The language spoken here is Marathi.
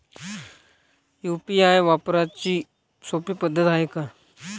यू.पी.आय वापराची सोपी पद्धत हाय का?